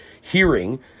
hearing